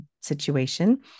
situation